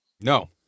No